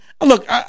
Look